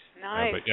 Nice